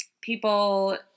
people